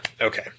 Okay